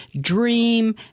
dream